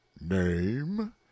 Name